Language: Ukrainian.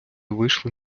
вийшли